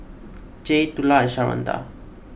Jaye Tula and Sharonda